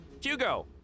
hugo